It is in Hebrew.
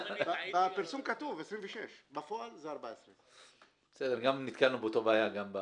בפרסום כתוב 26. בפועל זה 14. נציג